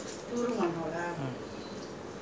we started with the two room one hall first